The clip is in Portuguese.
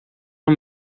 uma